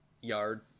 yard